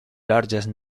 largest